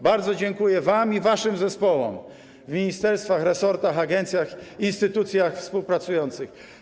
Bardzo dziękuję wam i waszym zespołom w ministerstwach, resortach, agencjach, instytucjach współpracujących.